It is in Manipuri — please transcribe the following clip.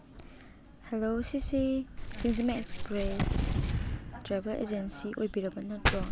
ꯍꯜꯂꯣ ꯁꯤꯁꯤ ꯁꯤꯡꯖꯃꯩ ꯑꯦꯛꯁꯄ꯭ꯔꯦꯁ ꯇ꯭ꯔꯥꯚꯦꯜ ꯑꯦꯖꯦꯟꯁꯤ ꯑꯣꯏꯕꯤꯔꯕ ꯅꯠꯇ꯭ꯔꯣ